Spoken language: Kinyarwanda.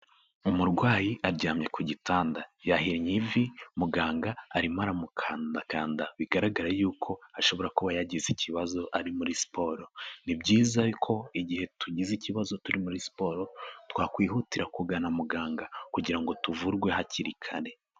Umurwayi aryamye ku gitanda, yahinye ivi muganga arimo aramukandakanda, bigaragara y'uko ashobora kuba yagize ikibazo ari muri siporo, ni byiza ko igihe tugize ikibazo turi muri siporo twakwihutira kugana muganga kugira ngo tuvurwe hakiri kare.